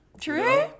True